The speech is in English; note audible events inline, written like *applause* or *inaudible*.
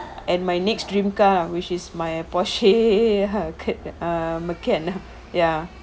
and my next dream car which is my porsche *laughs* err macan ya